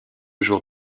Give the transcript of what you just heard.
jours